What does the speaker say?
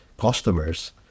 customers